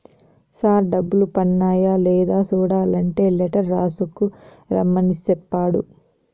sir డబ్బులు పన్నాయ లేదా సూడలంటే లెటర్ రాసుకు రమ్మని సెప్పాడు